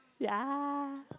ya